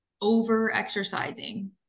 over-exercising